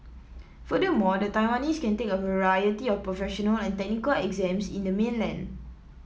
furthermore the Taiwanese can take a variety of professional and technical exams in the mainland